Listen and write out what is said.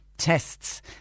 tests